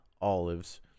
olives